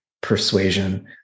persuasion